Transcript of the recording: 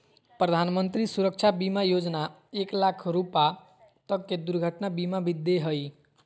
प्रधानमंत्री सुरक्षा बीमा योजना एक लाख रुपा तक के दुर्घटना बीमा भी दे हइ